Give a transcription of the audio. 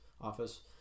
office